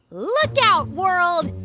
look out, world.